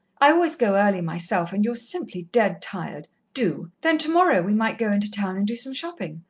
i always go early myself and you're simply dead tired. do! then tomorrow we might go into town and do some shopping.